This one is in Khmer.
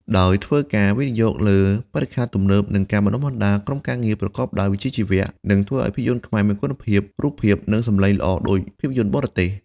ដោយធ្វើការវិនិយោគលើបរិក្ខារទំនើប និងការបណ្តុះបណ្តាលក្រុមការងារប្រកបដោយវិជ្ជាជីវៈ នឹងធ្វើឲ្យភាពយន្តខ្មែរមានគុណភាពរូបភាព និងសំឡេងល្អដូចភាពយន្តបរទេស។